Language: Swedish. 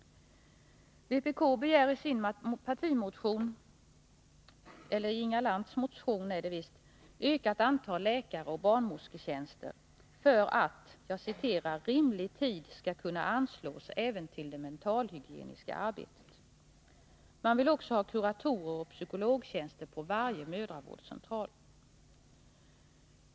I motionen av Inga Lantz m.fl. begär vpk ökat antal läkaroch barnmorsketjänster för att ”rimlig tid skall kunna anslås även till det mentalhygieniska arbetet”. Man vill också ha kuratorer och psykologtjänster på varje mödravårdscentral.